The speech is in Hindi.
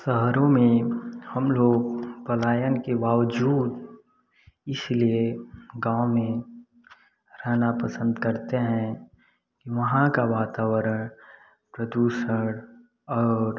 शहरों में हम लोग पलायन के बावजूद इसलिए गाँव में रहना पसंद करते हैं कि वहाँ का वातावरण प्रदूषण और